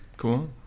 cool